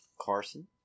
Carson